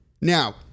Now